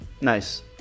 Nice